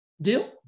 Deal